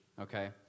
okay